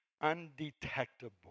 undetectable